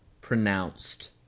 pronounced